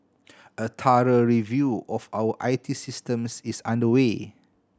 a thorough review of our I T systems is underway